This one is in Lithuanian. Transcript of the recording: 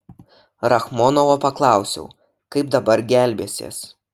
rachmonovo paklausiau kaip dabar gelbėsies